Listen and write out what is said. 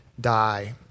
die